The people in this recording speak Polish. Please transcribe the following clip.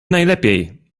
najlepiej